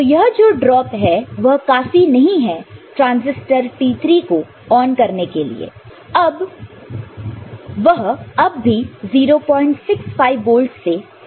तो यह जो ड्रॉप है यह काफी नहीं है ट्रांजिस्टर T3 को ऑन करने के लिए वह अब भी 065 वोल्ट से कम है